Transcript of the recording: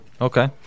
Okay